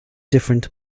different